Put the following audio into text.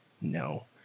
No